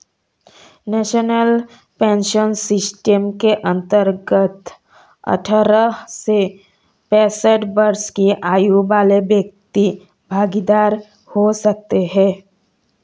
national pension system के अंतर्गत अठारह से पैंसठ वर्ष की आयु वाले व्यक्ति भागीदार हो सकते हैं